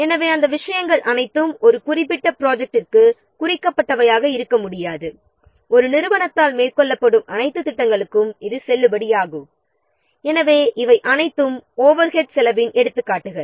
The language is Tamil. எனவே அந்த விஷயங்கள் அனைத்தும் ஒரு குறிப்பிட்ட ப்ராஜெக்ட்டிற்கு குறிக்கப்பட்டவையாக இருக்க முடியாது ஒரு நிறுவனத்தால் மேற்கொள்ளப்படும் அனைத்து ப்ராஜெக்ட்களுக்கும் இது செல்லுபடியாகும் எனவே இவை அனைத்தும் ஓவர்ஹெட் செலவின் எடுத்துக்காட்டுகள்